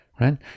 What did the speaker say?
right